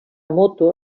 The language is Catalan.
moto